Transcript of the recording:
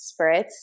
spritz